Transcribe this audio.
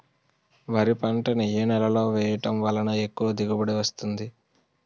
వరి పంట ని ఏ నేలలో వేయటం వలన ఎక్కువ దిగుబడి వస్తుంది?